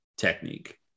technique